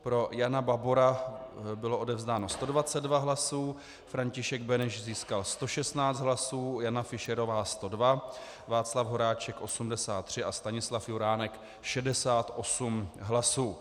Pro Jana Babora bylo odevzdáno 122 hlasů, František Beneš získal 116 hlasů, Jana Fischerová 102, Václav Horáček 83 a Stanislav Juránek 68 hlasů.